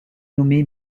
nommé